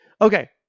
Okay